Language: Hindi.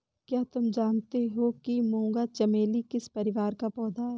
क्या तुम जानते हो कि मूंगा चमेली किस परिवार का पौधा है?